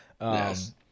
Yes